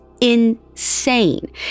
insane